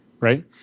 right